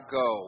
go